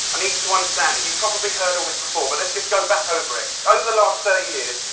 i need you to understand it. you've probably heard all this before. but lets just get back over it. over the last thirty years,